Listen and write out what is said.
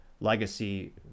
legacy